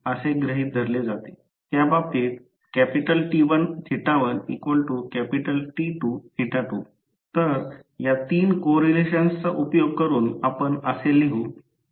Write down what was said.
तर हा प्रत्यक्षात स्टील चा भाग आहे आणि त्या आत स्टील चे लॅमिनेटेड आहे आणि जेव्हा आत जातो तेव्हा स्लॉट्स असतात जेथे 3 फेज विंडिंग असतात